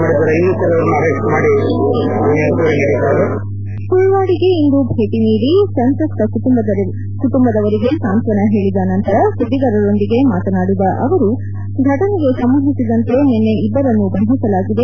ಮಟ್ಟರಂಗಶೆಟ್ಟಿ ಸುಳ್ವಾಡಿಗೆ ಇಂದು ಭೇಟಿ ನೀಡಿ ಸಂತ್ರಸ್ತ ಕುಟುಂಬದವರಿಗೆ ಸಾಂತ್ವನ ಹೇಳದ ನಂತರ ಸುದ್ದಿಗಾರರೊಂದಿಗೆ ಮಾತನಾಡಿದ ಅವರು ಫಟನೆಗೆ ಸಂಬಂಧಿಸಿದಂತೆ ನಿನ್ನೆ ಇಬ್ಬರನ್ನು ಬಂಧಿಸಲಾಗಿದೆ